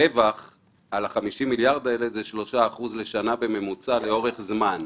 הרווח על ה-50 מיליארד האלה זה 3% לשנה בממוצע לאורך זמן.